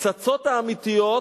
בפצצות האמיתיות,